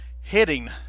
hitting